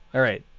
all right.